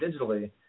digitally